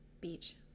Beach